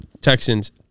Texans